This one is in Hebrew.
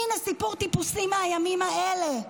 הינה סיפור טיפוסי מהימים האלה: